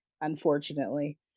unfortunately